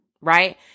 right